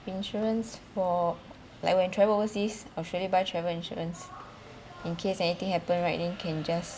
insurance for like when travel overseas I'll surely buy travel insurance in case anything happen right then can just